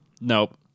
Nope